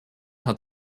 hat